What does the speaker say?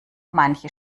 manche